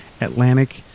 Atlantic